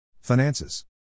Finances